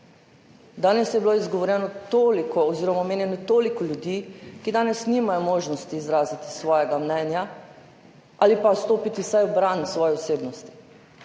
Danes je bilo izgovorjeno toliko oziroma omenjenih toliko ljudi, ki danes nimajo možnosti izraziti svojega mnenja ali vsaj stopiti v bran svoji osebnosti.